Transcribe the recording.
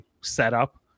setup